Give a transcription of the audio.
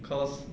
cause